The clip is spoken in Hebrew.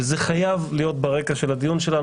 וזה חייב להיות ברקע של הדיון שלנו.